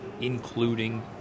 including